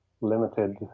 limited